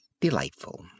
delightful